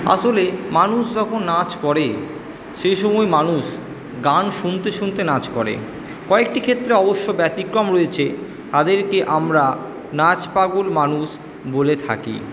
আসলে মানুষ যখন নাচ করে সেই সময় মানুষ গান শুনতে শুনতে নাচ করে কয়েকটি ক্ষেত্রে অবশ্য ব্যতিক্রম রয়েছে তাদেরকে আমরা নাচ পাগল মানুষ বলে থাকি